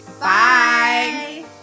bye